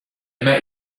met